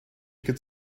could